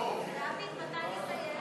עבירות באמצעות אתר אינטרנט,